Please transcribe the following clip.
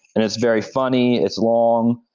and it's very funny, it's long,